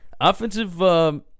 Offensive